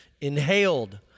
inhaled